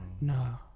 No